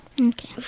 Okay